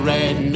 Red